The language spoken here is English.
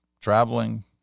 traveling